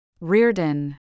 Reardon